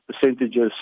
percentages